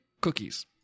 cookies